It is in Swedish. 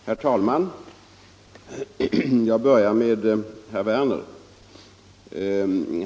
Herr talman! Jag börjar med att bemöta herr Werner i Tyresö.